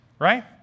Right